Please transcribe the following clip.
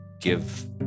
give